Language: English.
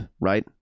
Right